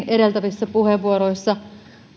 edeltävissä puheenvuoroissa